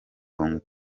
hong